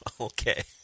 Okay